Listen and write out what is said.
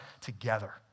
together